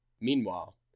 Meanwhile